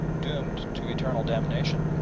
doomed to eternal damnation?